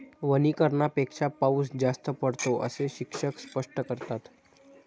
वनीकरणापेक्षा पाऊस जास्त पडतो, असे शिक्षक स्पष्ट करतात